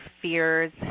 fears